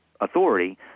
authority